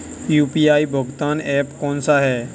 UPI भुगतान app कौन सा है?